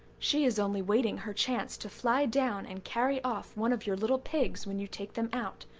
she is only waiting her chance to fly down and carry off one of your little pigs when you take them out,